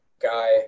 guy